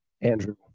Andrew